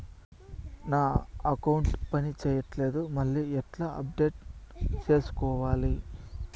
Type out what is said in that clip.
నా అకౌంట్ పని చేయట్లేదు మళ్ళీ ఎట్లా అప్డేట్ సేసుకోవాలి?